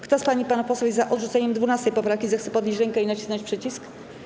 Kto z pań i panów posłów jest za odrzuceniem 12. poprawki, zechce podnieść rękę i nacisnąć przycisk.